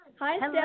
Hi